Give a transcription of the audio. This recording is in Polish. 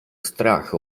strach